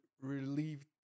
relieved